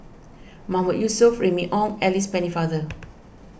Mahmood Yusof Remy Ong and Alice Pennefather